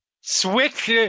switch